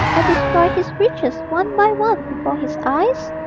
and destroy his riches one by one before his eyes?